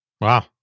Wow